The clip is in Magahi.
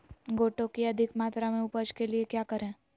गोटो की अधिक मात्रा में उपज के लिए क्या करें?